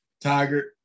Tiger